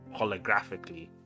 holographically